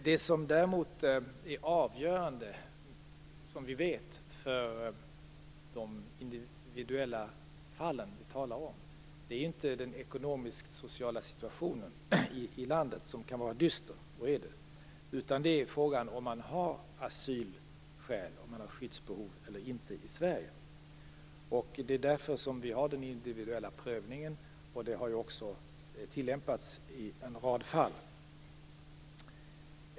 Det som däremot är avgörande för de individuella fall som vi talar om är inte den ekonomisk-sociala situationen i landet, som kan vara dyster, och är det, utan frågan om man har asylskäl och skyddsbehov i Sverige eller inte. Det är därför som vi har den individuella prövningen, och den har också tillämpats i en rad fall.